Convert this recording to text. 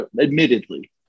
admittedly